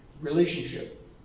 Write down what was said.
relationship